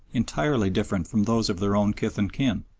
entirely different from those of their own kith and kin